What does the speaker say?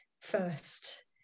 first